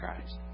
Christ